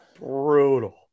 Brutal